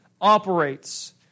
operates